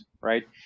right